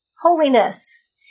holiness